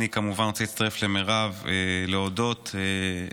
על פעוטות במעונות יום לפעוטות (תיקון),